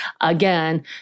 again